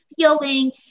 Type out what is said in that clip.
feeling